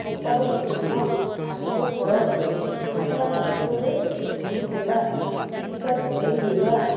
କପାଳ ଲିଖନ ଭାଗ୍ୟ ଫଳ ଖାଇଲା ପତ୍ରରେ ଧୂଳି ଦେବା ଜୀବିକା ଛଡେଇ ନେବା